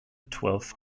twelve